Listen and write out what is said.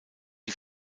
die